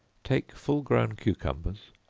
take full grown cucumbers,